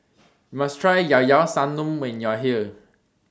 YOU must Try Llao Llao Sanum when YOU Are here